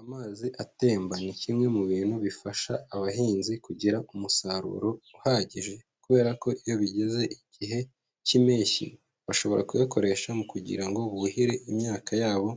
Amazi atemba ni kimwe mu bintu bifasha abahinzi kugira umusaruro uhagije kubera ko iyo bigeze igihe cy'impeshyi, bashobora kuyakoresha mu kugira ngo buhire imyaka yabo